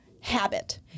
habit